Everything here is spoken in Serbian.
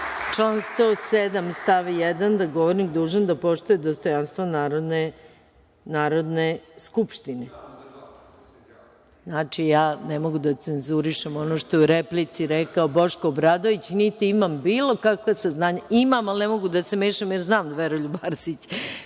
član 107. stav 1 - da je govornik dužan da poštuje dostojanstvo Narodne skupštine. Znači, ne mogu da cenzurišem ono što je u replici rekao Boško Obradović, niti imam bilo kakva saznanja, imam ali ne mogu da se mešam, jer znam da Veroljub Arsić